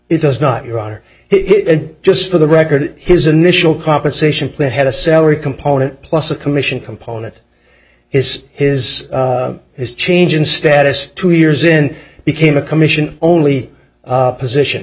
it does not your honor it just for the record his initial compensation plan had a salary component plus a commission component is his his change in status two years in became a commission only position